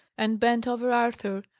and bent over arthur,